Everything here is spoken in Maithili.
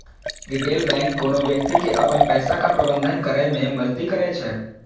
रिटेल बैंक कोनो व्यक्ति के अपन पैसाक प्रबंधन करै मे मदति करै छै